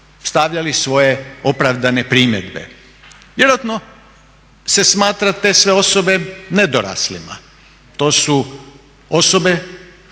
stavljali svoje opravdane primjedbe. Vjerojatno se smatra te sve osobe nedoraslima. To su osobe što